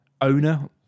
owner